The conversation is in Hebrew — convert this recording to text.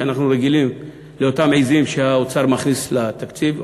ואנחנו רגילים לאותן עזים שהאוצר מכניס לתקציב,